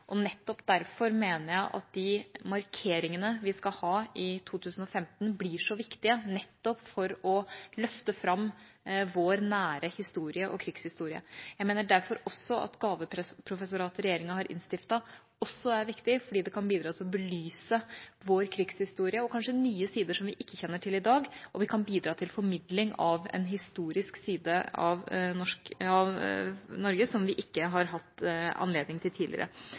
og nettopp derfor mener jeg at de markeringene vi skal ha i 2015, blir så viktige for å løfte fram vår nære historie og krigshistorie. Jeg mener derfor at gaveprofessoratet regjeringa har innstiftet, også er viktig, for det kan bidra til å belyse vår krigshistorie og kanskje nye sider som vi ikke kjenner til i dag. Vi kan bidra til formidling av en historisk side av Norge som vi ikke har hatt anledning til tidligere.